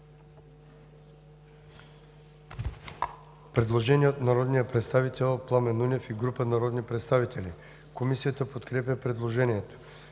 Предложение на народния представител Пламен Нунев и група народни представители. Комисията подкрепя предложението.